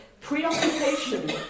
preoccupation